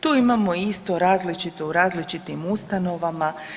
Tu imamo isto različito u različitim ustanovama.